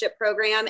program